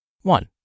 one